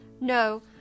No